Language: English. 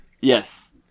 Yes